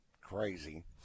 Crazy